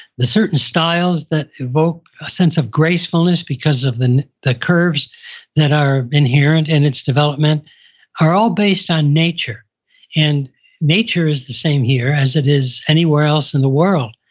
the certain styles that invoke a sense of gracefulness because of the the curves that are inherent in its development are all based on nature and nature is the same here as it is anywhere else in the world.